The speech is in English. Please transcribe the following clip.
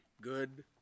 good